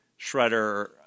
Shredder